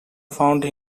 found